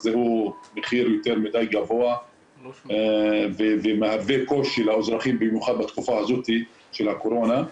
שהוא יותר מדי גבוה ומהווה קושי לאזרחים במיוחד בתקופה הזאת של הקורונה.